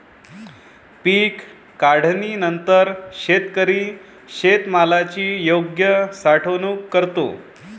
पीक काढणीनंतर शेतकरी शेतमालाची योग्य साठवणूक करतो